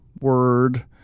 word